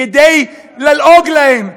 כדי ללעוג להם,